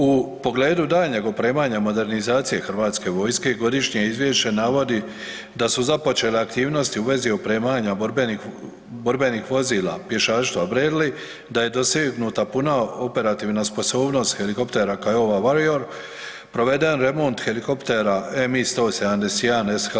U pogledu daljnjeg opremanja modernizacije Hrvatske vojske i godišnje izvješće navodi da su započele aktivnosti u vezi opremanja borbenih vozila pješaštva Bradley, da je dosegnuta puna operativna sposobnost helikoptera Kiowa Warrior, proveden remont helikoptera MI171SH.